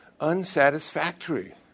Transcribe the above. unsatisfactory